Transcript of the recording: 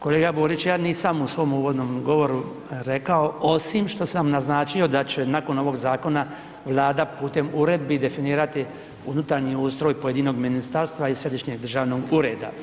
Kolega Borić, ja nisam u svom uvodnom govoru rekao osim što sam naznačio da će nakon ovog zakona Vlada putem uredbi definirati unutarnji ustroj pojedinog ministarstva i središnjeg državnog ureda.